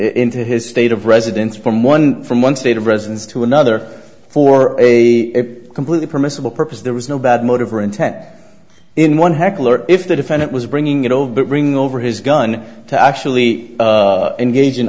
into his state of residence from one from one state of residence to another for a completely permissible purpose there was no bad motive or intent in one heckler if the defendant was bringing it over but bringing over his gun to actually engag